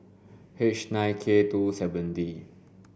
H nine K two seven D